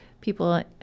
People